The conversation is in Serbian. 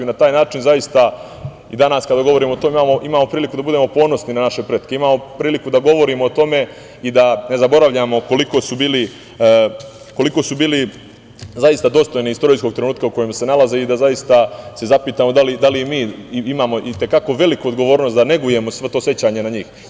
Na taj način, zaista, i danas kada govorimo o tome imamo priliku da budemo ponosi na naše pretke, imamo priliku da govorimo o tome i da ne zaboravljamo koliko su bili zaista dostojni istorijskog trenutka u kojem se nalaze i da zaista se zapitamo da li imamo i te kako veliku odgovornost da negujemo to sećanje na njih.